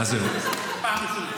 פעם ראשונה.